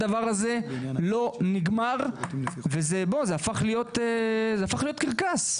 הדבר הזה לא נגמר וזה הפך להיות קרקס.